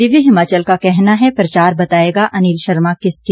दिव्य हिमाचल का कहना है प्रचार बताएगा अनिल शर्मा किसके